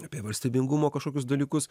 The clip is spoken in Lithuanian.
apie valstybingumo kažkokius dalykus